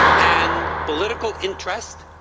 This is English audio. and political interest,